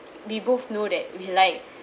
we both know that we like